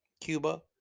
Cuba